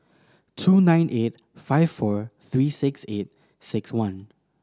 two nine eight five four three six eight six one